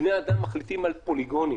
בני אדם מחליטים על פוליגונים.